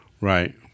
Right